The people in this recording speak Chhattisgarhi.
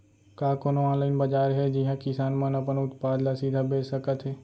का कोनो अनलाइन बाजार हे जिहा किसान मन अपन उत्पाद ला सीधा बेच सकत हे?